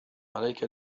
عليك